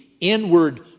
inward